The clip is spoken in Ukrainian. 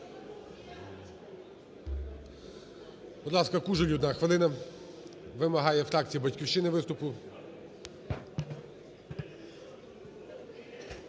Будь ласка, Кужель, одна хвилина. Вимагає фракція "Батьківщина" виступу.